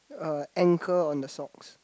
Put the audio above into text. a ankle on the socks